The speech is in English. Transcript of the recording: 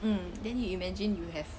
mm then you imagine you have